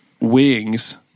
Wings